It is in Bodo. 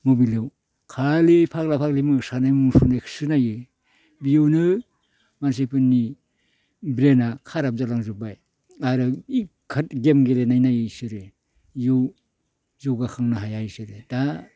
मबिलाव खालि फाग्ला फाग्लि मोसानाय मुसुरनायखोसो नायो बिउनो मानसिफोरनि ब्रेना खाराब जालांजोबबाय आरो गेम गेलेनाय नायो इसोरो इयु जौगाखांनो हाया इसोरो दा